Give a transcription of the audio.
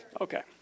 Okay